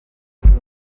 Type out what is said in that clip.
itatu